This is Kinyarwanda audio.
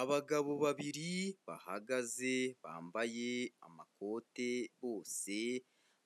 Abagabo babiri bahagaze bambaye amakoti, bose